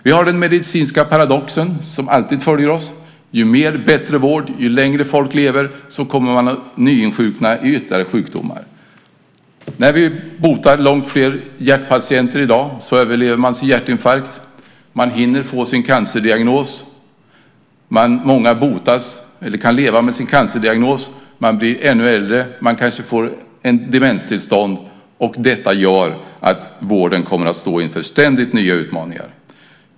Vi har den medicinska paradoxen som alltid följer oss, nämligen att när det blir mer och bättre vård och folk lever längre så kommer fler att nyinsjukna i ytterligare sjukdomar. När långt fler hjärtpatienter botas i dag och överlever hjärtinfarkter kommer fler att hinna få cancer. Många med cancer botas eller kan leva med sin cancer. Människor blir ännu äldre och kanske får en demenssjukdom. Detta gör att vården kommer att stå inför ständigt nya utmaningar.